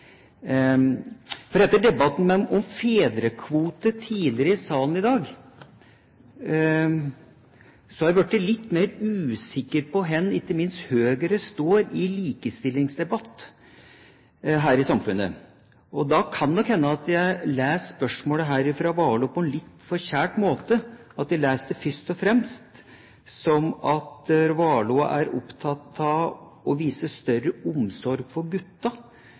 vil. Etter debatten om fedrekvote tidligere i dag i salen er jeg blitt litt mer usikker på hvor ikke minst Høyre står i likestillingsdebatten her i samfunnet. Da kan det nok hende at jeg leser spørsmålet her fra Warloe på en litt forkjært måte, at jeg leser det først og fremst som at Warloe er opptatt av å vise større omsorg for